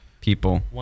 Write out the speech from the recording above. people